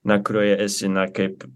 na kurioj esi na kaip